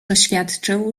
oświadczył